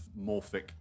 morphic